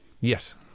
Yes